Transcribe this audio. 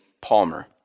Palmer